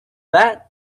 that